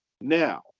Now